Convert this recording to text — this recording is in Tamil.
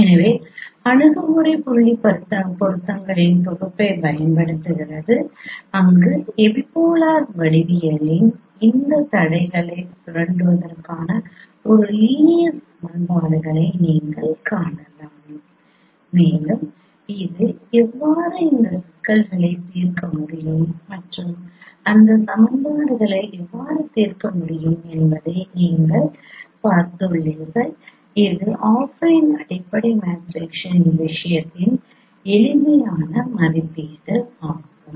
எனவே அணுகுமுறை புள்ளி பொருத்தங்களின் தொகுப்பைப் பயன்படுத்துகிறது அங்கு எபிபோலார் வடிவியலின் இந்த தடைகளை சுரண்டுவதற்கான ஒரு லீனியர் சமன்பாடுகளை நீங்கள் காணலாம் மேலும் இது எவ்வாறு அந்த சிக்கல்களை தீர்க்க முடியும் மற்றும் அந்த சமன்பாடுகளை எவ்வாறு தீர்க்க முடியும் என்பதை நீங்கள் பார்த்துள்ளீர்கள் இது அஃபைன் அடிப்படை மேட்ரிக்ஸின் விஷயத்தில் எளிமையான மதிப்பீடு ஆகும்